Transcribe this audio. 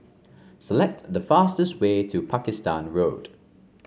select the fastest way to Pakistan Road